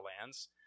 lands